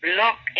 look